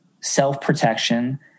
self-protection